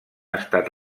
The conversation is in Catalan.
estat